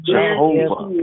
Jehovah